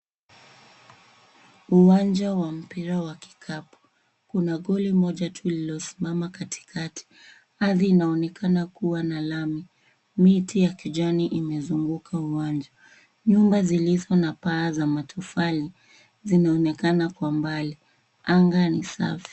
Uwanja wa mpira wa kikapu. Kuna goli moja tu lililosimama katikati. Ardhi inaonekana kuwa na lami. Miti ya kijani imezunguka uwanja. Nyumba zilizo na paa za matofali, zinaonekana kwa mbali. Anga ni safi.